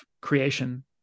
creation